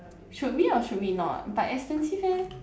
should we or should we not but expensive leh